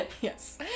yes